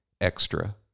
extra